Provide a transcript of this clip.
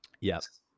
yes